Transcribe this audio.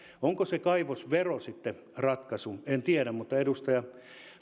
onko se kaivosvero sitten ratkaisu en tiedä mutta edustaja